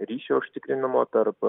ryšio užtikrinimo tarp